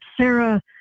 Sarah